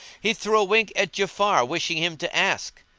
he threw a wink at ja'afar wishing him to ask,